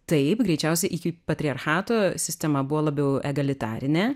taip greičiausiai iki patriarchato sistema buvo labiau egalitarinė